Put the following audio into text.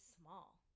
small